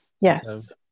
Yes